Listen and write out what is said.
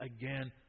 again